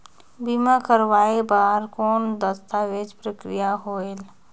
बीमा करवाय बार कौन दस्तावेज प्रक्रिया होएल?